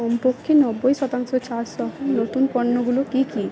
কমপক্ষে নব্বই শতাংশ ছাড়সহ নতুন পণ্যগুলো কী কী